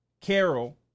Carol